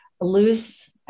loose